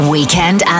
Weekend